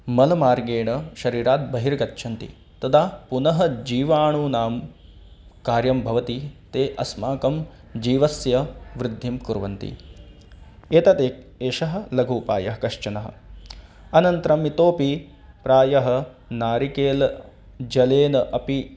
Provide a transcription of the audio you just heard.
मल् मार्गेण शरीरात् बहिर्गच्छन्ति तदा पुनः जीवाणूनां कार्यं भवति ते अस्माकं जीवस्यवृद्धिं कुर्वन्ति एतद् एषः लघुः उपायः कश्चनः अनन्तरम् इतोपि प्रायः नारिकेलजलेन अपि